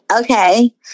okay